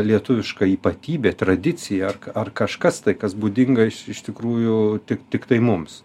lietuviška ypatybė tradicija ar kažkas tai kas būdinga iš iš tikrųjų tik tiktai mums